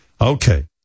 Okay